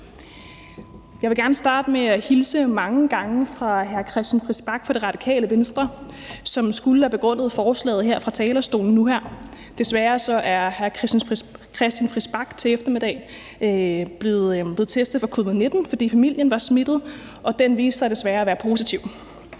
Jeg vil gerne starte med at hilse mange gange fra hr. Christian Friis Bach fra Radikale Venstre, som skulle have begrundet forslaget her fra talerstolen. Hr. Christian Friis Bach er til eftermiddag blevet testet for covid-19, fordi familien var smittet, og den viste sig desværre at være positiv.